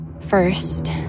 First